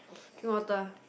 drink water